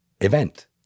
event